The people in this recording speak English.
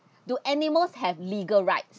do animals have legal rights